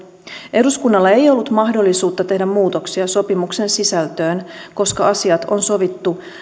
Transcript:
eduskunnalla ei ollut mahdollisuutta tehdä muutoksia sopimuksen sisältöön koska asiat on sovittu